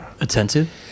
Attentive